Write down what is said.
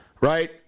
right